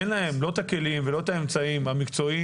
אין את הכלים ולא את האמצעים המקצועיים,